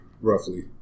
roughly